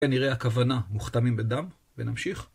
כנראה הכוונה, מוכתמים בדם, ונמשיך.